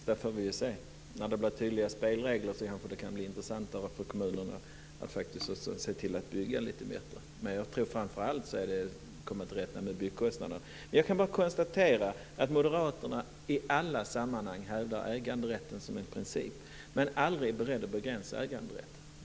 Fru talman! Det får vi se. När vi får tydliga spelregler blir det kanske intressantare för kommunerna att bygga lite mer. Men jag tror att det viktigaste är att komma till rätta med byggkostnaderna. Jag kan konstatera att moderaterna i alla sammanhang hävdar äganderätten som en viktig princip, men aldrig är beredda att begränsa den.